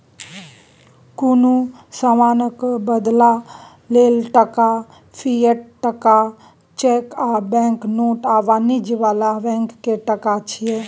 कुनु समानक बदला लेल टका, फिएट टका, चैक आ बैंक नोट आ वाणिज्य बला बैंक के टका छिये